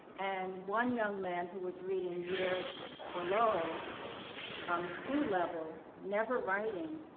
and one young man who was reading years below on the school level, never writing,